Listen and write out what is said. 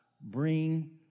bring